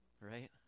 right